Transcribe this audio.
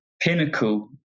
pinnacle